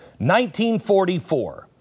1944